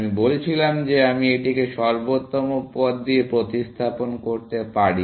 আমি বলছিলাম যে আমি এটিকে সর্বোত্তম পথ দিয়ে প্রতিস্থাপন করতে পারি